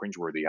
cringeworthy